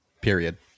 Period